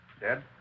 Dead